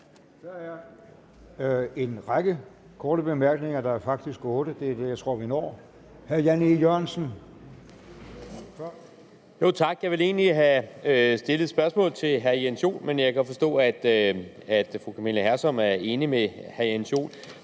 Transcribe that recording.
Der er en række korte bemærkninger. Der er faktisk otte, og det er det antal, jeg tror vi når. Først hr. Jan E. Jørgensen. Kl. 10:38 Jan E. Jørgensen (V): Tak. Jeg ville egentlig have stillet et spørgsmål til hr. Jens Joel, men jeg kan forstå, at fru Camilla Hersom er enig med hr. Jens Joel,